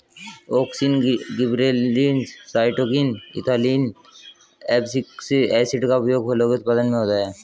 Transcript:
auxin, gibberellins, cytokinin, ethylene, abscisic acid का उपयोग फलों के उत्पादन में होता है